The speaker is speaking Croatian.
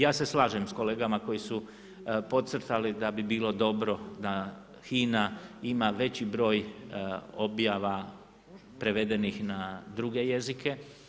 Ja se slažem s kolegama koji su podcrtali da bi bilo dobro da HINA ima veći broj objava prevedenih na druge jezike.